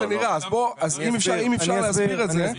אם אפשר להסביר את זה.